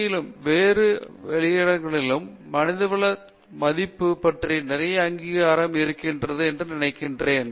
யிலும் வேறு வெளி இடங்களிலும் மனிதவள துறையினர் மதிப்பைப் பற்றி நிறைய அங்கீகாரம் இருக்கிறது என்று நான் நினைக்கிறேன்